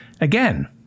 Again